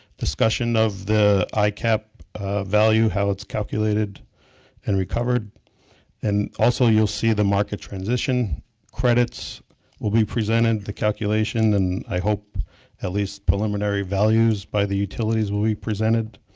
discussion of the icap value how it's calculated and recovered and also you will see the market transition credits will be presented, the calculation and i hope at least preliminary values by the utilities will be presented.